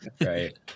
Right